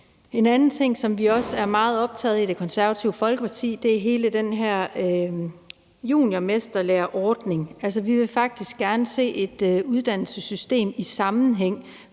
En anden ting, som vi også er meget optagede af i Det Konservative Folkeparti, er hele den her juniormesterlæreordning. Vi vil faktisk gerne se et uddannelsessystem i sammenhæng.